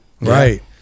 Right